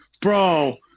bro